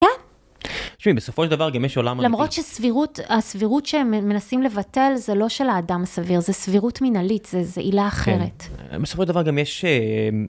אה?